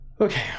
okay